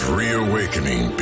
reawakening